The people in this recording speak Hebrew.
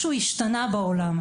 משהו השתנה בעולם,